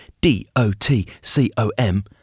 D-O-T-C-O-M